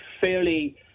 fairly